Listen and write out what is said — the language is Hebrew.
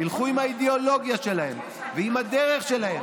ילכו עם האידיאולוגיה שלהם ועם הדרך שלהם,